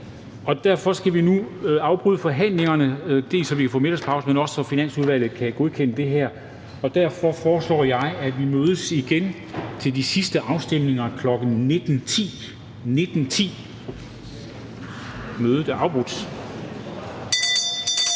Derfor skal vi nu afbryde tredjebehandlingen, dels så vi kan få middagspause, dels så Finansudvalget kan godkende det her. Derfor foreslår jeg, at vi mødes igen til de sidste afstemninger kl. 19.10. Mødet er hævet.